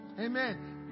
Amen